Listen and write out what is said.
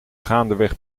gaandeweg